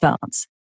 phones